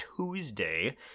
Tuesday